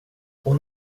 hon